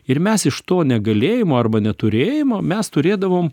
ir mes iš to negalėjimo arba neturėjimo mes turėdavom